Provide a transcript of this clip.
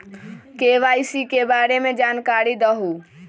KYC के बारे में जानकारी दहु?